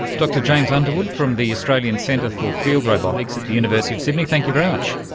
dr james underwood from the australian centre for field robotics at the university of sydney, thank you very much.